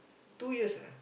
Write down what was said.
two years ah